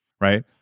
right